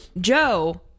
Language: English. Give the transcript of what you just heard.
Joe